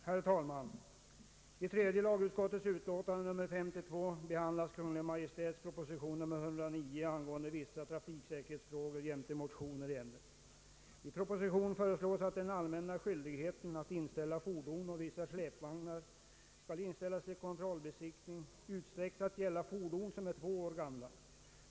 Herr talman! I tredje lagutskottets utlåtande nr 52 behandlas Kungl. Maj:ts proposition nr 109 angående vissa trafiksäkerhetsfrågor jämte motioner i ärendet. I propositionen föreslås att den allmänna skyldigheten att inställa fordon och vissa släpvagnar till kontrollbesiktning utsträckes att gälla fordon som är två år gamla.